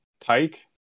Tyke